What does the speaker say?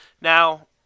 Now